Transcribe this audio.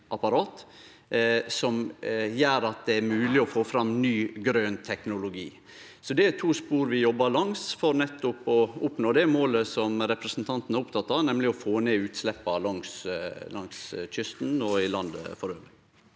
som gjer det mogleg å få fram ny grøn teknologi. Det er to spor vi jobbar langs for å oppnå det målet representanten er oppteken av, nemleg å få ned utsleppa langs kysten og i landet elles.